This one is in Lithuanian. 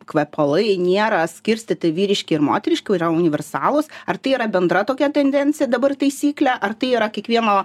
kvepalai nėra skirstyti vyriški ir moteriški o yra universalūs ar tai yra bendra tokia tendencija dabar taisyklė ar tai yra kiekvieno